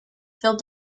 filled